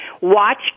Watch